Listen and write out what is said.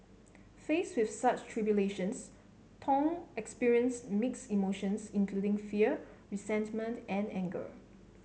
faced with such tribulations Thong experienced mixed emotions including fear resentment and anger